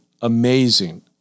amazing